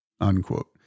Unquote